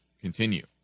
continue